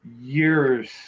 years